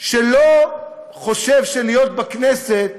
שלא חושב שלהיות בכנסת